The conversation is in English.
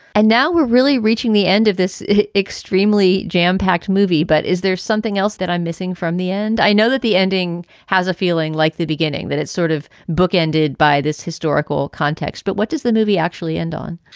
and now we're really reaching the end of this extremely jampacked movie. but is there something else that i'm missing from the end? i know that the ending has a feeling like the beginning, that it's sort of bookended by this historical context. but what does the movie actually end on?